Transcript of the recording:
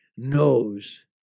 Knows